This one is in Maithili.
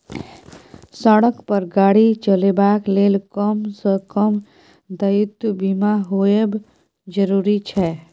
सड़क पर गाड़ी चलेबाक लेल कम सँ कम दायित्व बीमा होएब जरुरी छै